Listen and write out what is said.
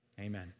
Amen